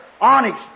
onyx